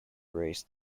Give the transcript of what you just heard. race